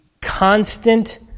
constant